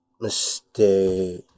mistake